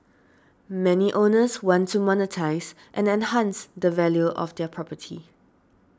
many owners want to monetise and enhance the value of their property